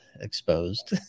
exposed